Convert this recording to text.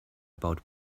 about